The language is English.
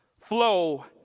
flow